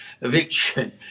eviction